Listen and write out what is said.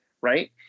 right